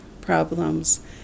problems